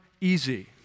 easy